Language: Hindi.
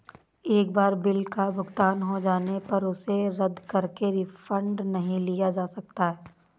एक बार बिल का भुगतान हो जाने पर उसे रद्द करके रिफंड नहीं लिया जा सकता